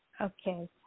Okay